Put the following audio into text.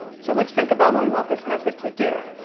so let's think about what we want this method to do.